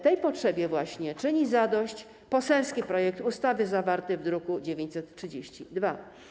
Tej potrzebie właśnie czyni zadość poselski projekt ustawy zawarty w druku nr 932.